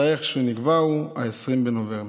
התאריך שנקבע הוא 20 בנובמבר.